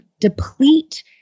deplete